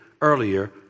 earlier